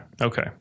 Okay